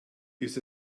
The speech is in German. ist